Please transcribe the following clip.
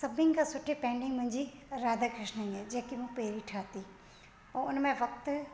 सभिनि खां सुठी पेंटिंग मुंहिंजी राधा कृष्ण जी आहे जेकी मूं पहिरीं ठाती ऐं उनमें वक्तु